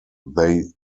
they